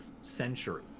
century